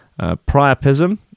priapism